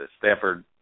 Stanford